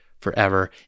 forever